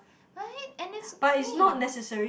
right and then so clean